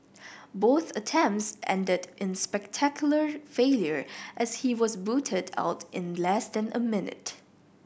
both attempts ended in spectacular failure as he was booted out in less than a minute